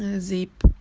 ah zip.